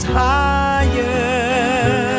higher